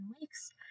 weeks